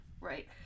right